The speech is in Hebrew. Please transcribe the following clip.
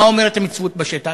מה אומרת המציאות בשטח?